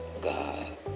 God